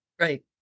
right